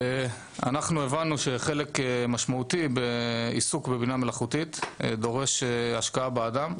אנחנו הבנו שחלק משמעותי בעיסוק בבינה מלאכותית דורש השקעה באדם.